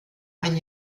ein